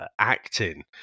acting